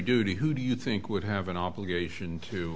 duty who do you think would have an obligation to